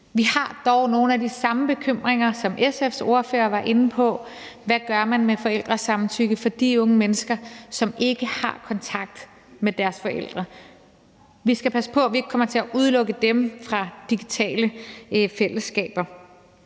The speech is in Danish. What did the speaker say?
Vi har dog nogle af de samme bekymringer, som SF's ordfører var inde på, om, hvad man gør med forældres samtykke til de unge mennesker, som ikke har kontakt med deres forældre. Vi skal passe på, at vi ikke kommer til at udelukke dem fra digitale fællesskaber.